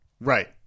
Right